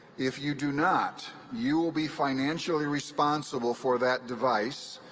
if you do not, you will be financially responsible for that device.